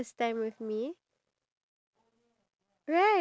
jollibee is one like in terms of food